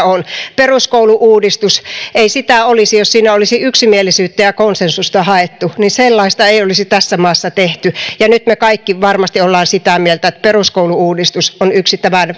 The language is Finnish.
on peruskoulu uudistus ei sitä olisi jos siinä olisi yksimielisyyttä ja konsensusta haettu sellaista ei olisi tässä maassa tehty ja nyt me kaikki varmasti olemme sitä mieltä että peruskoulu uudistus on yksi tämän